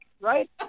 right